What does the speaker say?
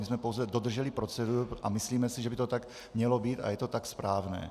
My jsme pouze dodrželi proceduru a myslíme si, že by to tak mělo být a je to tak správné.